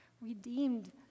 redeemed